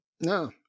No